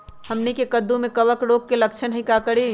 हमनी के कददु में कवक रोग के लक्षण हई का करी?